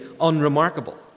unremarkable